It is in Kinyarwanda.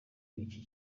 iki